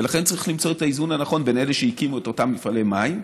ולכן צריך למצוא את האיזון הנכון בין אלה שהקימו את אותם מפעלי מים,